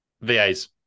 vas